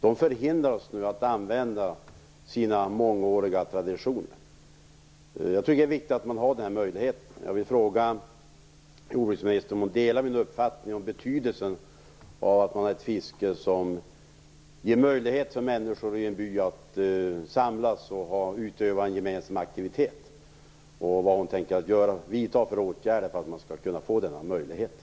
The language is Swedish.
De förhindras nu att fortsätta sina mångåriga traditioner. Jag tycker att det är viktigt att man har den möjligheten. Jag vill fråga jordbruksministern om hon delar min uppfattning om betydelsen av att man har ett fiske som ger möjlighet för människor i en by att samlas och utöva en gemensam aktivitet och vilka åtgärder jordbruksministern tänker vidta för att man skall ha den möjligheten.